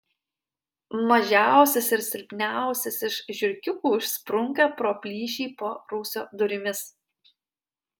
mažiausias ir silpniausias iš žiurkiukų išsprunka pro plyšį po rūsio durimis